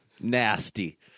Nasty